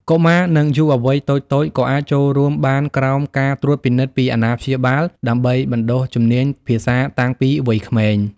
កុមារ និងយុវវ័យតូចៗ ក៏អាចចូលរួមបានក្រោមការត្រួតពិនិត្យពីអាណាព្យាបាល ដើម្បីបណ្ដុះជំនាញភាសាតាំងពីវ័យក្មេង។